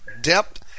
depth